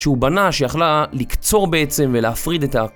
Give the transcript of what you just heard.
שהוא בנה שיכלה לקצור בעצם ולהפריד את